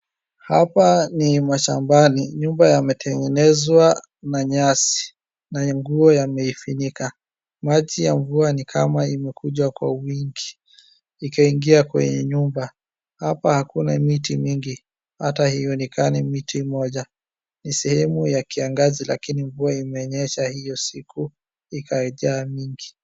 Hapa ni mashambani, nyumba imetengenezwa na nyasi na nguo imefinyika, maji ya mvua nikama imekuja kwa wingi ikaingia kwenye nyumba, hapa hakuna miti mingi, hata haionekani miti moja, ni sehemu ya kiangazi lakini mvua imenyesha hiyo siku ikajaa mingi.